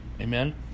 Amen